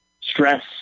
stress